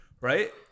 Right